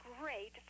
great